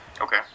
Okay